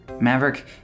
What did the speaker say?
Maverick